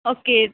okay